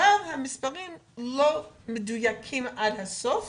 אבל המספרים לא מדויקים עד הסוף